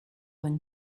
than